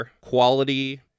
quality